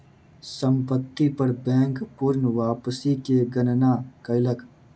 संपत्ति पर बैंक पूर्ण वापसी के गणना कयलक